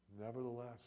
Nevertheless